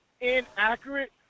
inaccurate